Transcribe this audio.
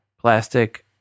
plastic